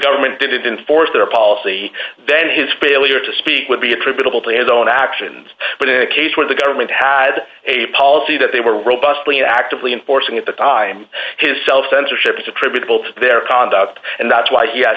government didn't force their policy then his failure to speak would be attributable to his own actions but in a case where the government had a policy that they were robustly actively enforcing at the time his self censorship is attributable to their conduct and that's why he has